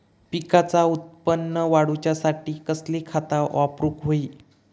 पिकाचा उत्पन वाढवूच्यासाठी कसली खता वापरूक होई?